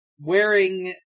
wearing